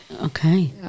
Okay